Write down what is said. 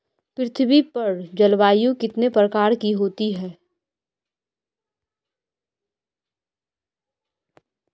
पृथ्वी पर जलवायु कितने प्रकार की होती है?